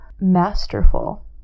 masterful